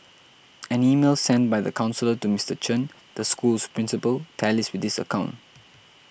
an email sent by the counsellor to Mister Chen the school's principal tallies with this account